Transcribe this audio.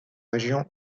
région